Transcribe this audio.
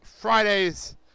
Fridays